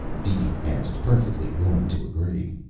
deedee asked, perfectly willing to agree.